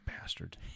bastard